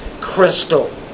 Crystal